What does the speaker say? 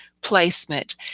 placement